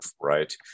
Right